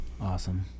Awesome